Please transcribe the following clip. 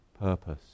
purpose